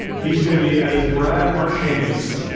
he's gonna be at his brad marchandiest.